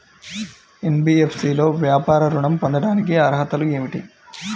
NBFC లో వ్యాపార ఋణం పొందటానికి అర్హతలు ఏమిటీ?